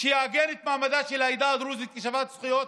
שיעגן את מעמדה של העדה הדרוזית כשוות זכויות,